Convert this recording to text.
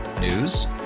news